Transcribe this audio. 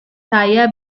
saya